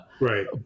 right